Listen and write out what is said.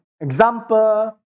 example